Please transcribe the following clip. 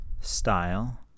style